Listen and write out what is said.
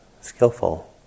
skillful